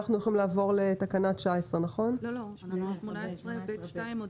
נעבור לתקנה 18ב (2).